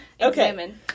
okay